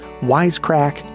Wisecrack